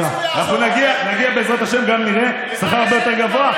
אנחנו נגיע, בעזרת השם, גם לשכר הרבה יותר גבוה.